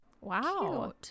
Wow